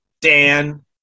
Dan